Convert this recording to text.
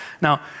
Now